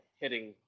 hitting